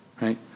Right